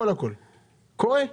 פה רוצים